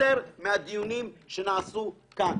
יותר מהדיונים שנעשו כאן.